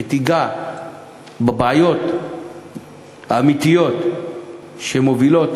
שתיגע בבעיות האמיתיות שמובילות